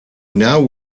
now